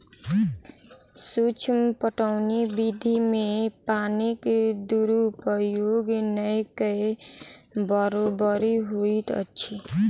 सूक्ष्म पटौनी विधि मे पानिक दुरूपयोग नै के बरोबरि होइत अछि